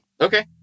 Okay